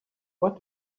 what